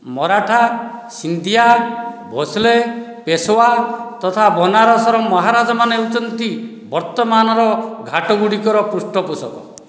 ମରାଠା ସିନ୍ଧିଆ ଭୋଁସ୍ଲେ ପେଶୱା ତଥା ବନାରସର ମହାରାଜାମାନେ ହେଉଛନ୍ତି ବର୍ତ୍ତମାନର ଘାଟଗୁଡ଼ିକର ପୃଷ୍ଠପୋଷକ